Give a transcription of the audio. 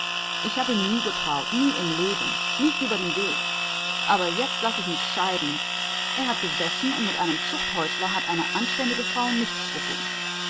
ich hab ihm nie getraut nie im leben nicht über den weg aber jetzt laß ich mich scheiden er hat gesessen und mit einem zuchthäusler hat eine anständige frau nichts zu tun